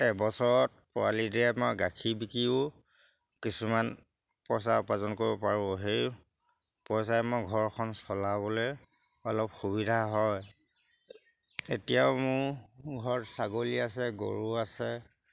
এবছৰত পোৱালি দিয়ে মই গাখীৰ বিকিও কিছুমান পইচা উপাৰ্জন কৰিব পাৰোঁ সেই পইচাই মই ঘৰখন চলাবলৈ অলপ সুবিধা হয় এতিয়াও মোৰ ঘৰত ছাগলী আছে গৰু আছে